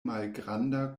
malgranda